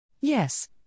Yes